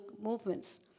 movements